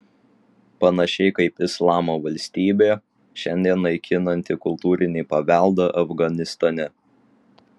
panašiai kaip islamo valstybė šiandien naikinanti kultūrinį paveldą afganistane